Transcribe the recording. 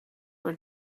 were